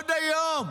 עוד היום,